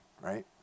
right